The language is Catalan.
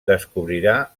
descobrirà